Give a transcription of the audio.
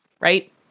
Right